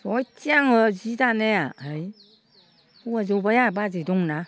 सयथि आङो जि दानाया है हौवा ज'बाय आंहा बाजै दं ना